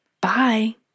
Bye